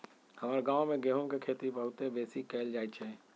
हमर गांव में गेहूम के खेती बहुते बेशी कएल जाइ छइ